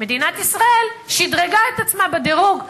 מדינת ישראל שדרגה את עצמה בדירוג העולמי.